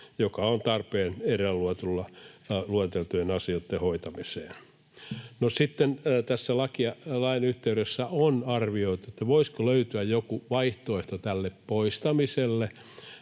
joka on tarpeen edellä lueteltujen asioitten hoitamiseen. No, sitten tämän lain yhteydessä on arvioitu, että voisiko löytyä joku vaihtoehto tälle poistamiselle,